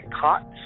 caught